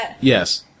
Yes